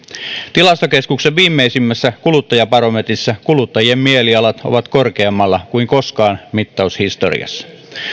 tilastokeskuksen viimeisimmässä kuluttajabarometrissa kuluttajien mieliala on korkeammalla kuin koskaan mittaushistoriassa